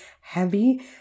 heavy